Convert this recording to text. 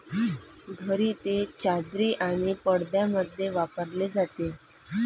घरी ते चादरी आणि पडद्यांमध्ये वापरले जाते